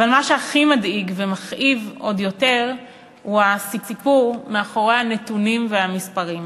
אבל מה שהכי מדאיג ומכאיב הוא הסיפור שמאחורי הנתונים והמספרים.